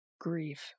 Grief